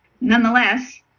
nonetheless